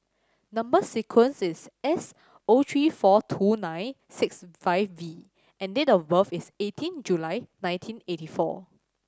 number sequence is S O three four two nine six five V and date of birth is eighteen July nineteen eighty four